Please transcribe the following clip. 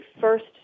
first